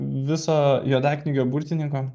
viso juodaknygio burtininko